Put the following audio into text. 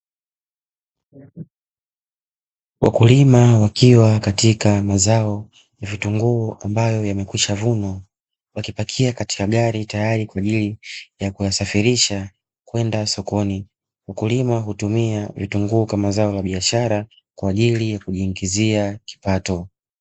Wakulima wakiwa katika mazao ya vitunguu ambayo yamekwishavunwa wakipakia katika gari tayari kwa ajili ya kuyasafirisha kwenda sokoni, mkulima hutumia vitunguu kama zao la biashara kwa ajili ya kujiingizia kipato.